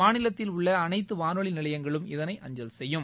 மாநிலத்தில் உள்ள அனைத்து வானொலி நிலையங்களும் இதனை அஞ்சல் செய்யும்